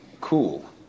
cool